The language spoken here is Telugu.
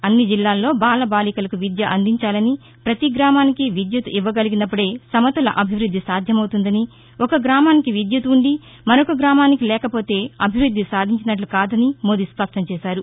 అన్ని జిల్లాల్లో బాలబాలికలకు విద్య అందించాలని పతి గ్రామానికి విద్యుత్ ఇవ్వగలిగినప్పుడే సమతుల అభివృద్ది సాధ్యమవుతుందని ఒక గ్రామానికి విద్యుత్ ఉండి మరొక గ్రామానికి లేకపోతే అభివృద్ది సాధించినట్లు కాదని మోదీ స్పష్టం చేశారు